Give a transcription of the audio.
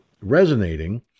resonating